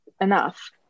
enough